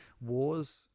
wars